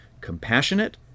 Compassionate